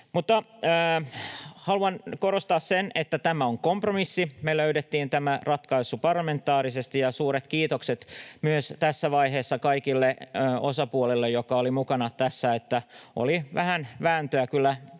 Mutta haluan korostaa sitä, että tämä on kompromissi. Me löydettiin tämä ratkaisu parlamentaarisesti, ja suuret kiitokset myös tässä vaiheessa kaikille osapuolille, jotka olivat mukana tässä. Oli vähän vääntöä kyllä